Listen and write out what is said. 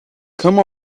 come